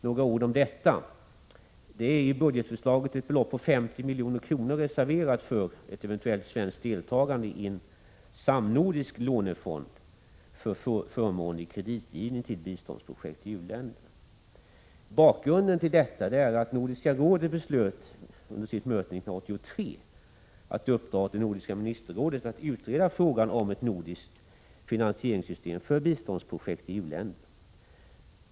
Några ord om detta: I budgetförslaget är ett belopp på 50 milj.kr. reserverat för ett eventuellt svenskt deltagande i en samnordisk lånefond för förmånlig kreditgivning till biståndsprojekt i u-länder. Bakgrunden till detta är att Nordiska rådet under sitt möte 1983 beslöt att uppdra åt det nordiska ministerrådet att utreda frågan om ett nordiskt finansieringssystem för biståndsprojekt i u-länder.